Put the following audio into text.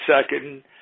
second